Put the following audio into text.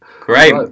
Great